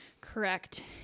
correct